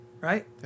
right